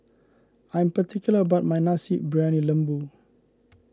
I am particular about my Nasi Briyani Lembu